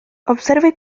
observe